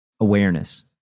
awareness